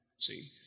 See